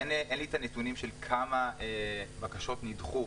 אין לי את הנתונים של כמה בקשות נדחו,